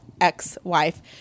ex-wife